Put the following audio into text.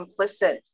complicit